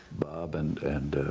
bob and and